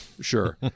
sure